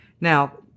Now